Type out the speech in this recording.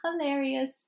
hilarious